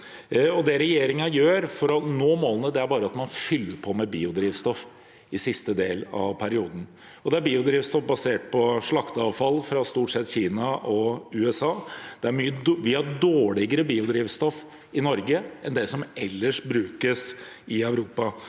Det regjeringen gjør for å nå målene, er at man bare fyller på med biodrivstoff i siste del av perioden. Det er biodrivstoff basert på slakteavfall fra stort sett Kina og USA. Vi har dårligere biodrivstoff i Norge enn det som brukes ellers i Europa,